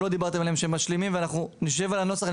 שלא דיברתם עליהם והם משלימים ונשב על הנוסח.